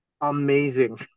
amazing